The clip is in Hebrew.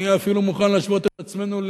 אני אפילו מוכן להשוות את עצמנו,